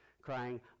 crying